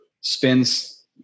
Spins